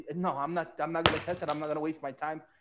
and no, i'm not, i'm not gonna test it. i'm not gonna waste my time.